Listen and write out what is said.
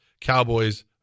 Cowboys